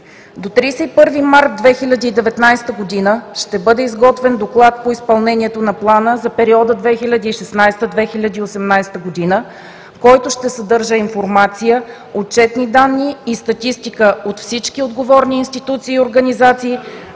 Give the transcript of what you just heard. До 31 март 2019 г. ще бъде изготвен Доклад по изпълнението на плана за периода 2016 – 2018 г., който ще съдържа информация, отчетни данни и статистика от всички отговорни институции и организации,